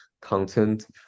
content